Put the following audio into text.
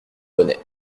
bonnet